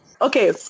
Okay